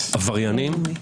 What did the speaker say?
עבריינים,